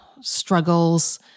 struggles